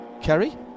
Kerry